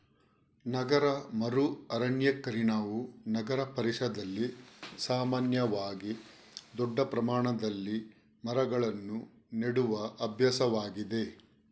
ನಗರ ಮರು ಅರಣ್ಯೀಕರಣವು ನಗರ ಪರಿಸರದಲ್ಲಿ ಸಾಮಾನ್ಯವಾಗಿ ದೊಡ್ಡ ಪ್ರಮಾಣದಲ್ಲಿ ಮರಗಳನ್ನು ನೆಡುವ ಅಭ್ಯಾಸವಾಗಿದೆ